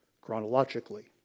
chronologically